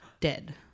Dead